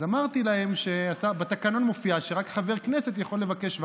אז אמרתי להם שבתקנון מופיע שרק חבר כנסת יכול לבקש ועדה.